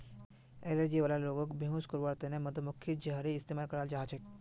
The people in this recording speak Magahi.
एलर्जी वाला लोगक बेहोश करवार त न मधुमक्खीर जहरेर इस्तमाल कराल जा छेक